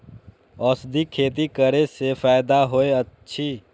औषधि खेती करे स फायदा होय अछि?